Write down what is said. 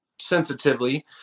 sensitively